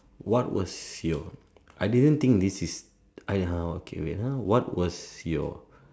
what was your I didn't think this is ah ya okay wait uh what was your